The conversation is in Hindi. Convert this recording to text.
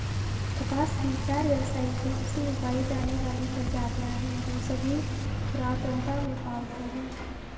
कपास की चार व्यावसायिक रूप से उगाई जाने वाली प्रजातियां हैं, जो सभी पुरातनता में पालतू हैं